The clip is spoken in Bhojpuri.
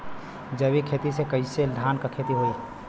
जैविक खेती से कईसे धान क खेती होई?